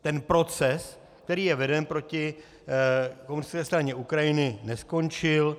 Ten proces, který je veden proti Komunistické straně Ukrajiny, neskončil.